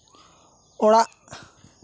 ᱚᱲᱟᱜ